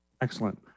Excellent